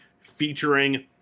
featuring